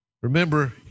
Remember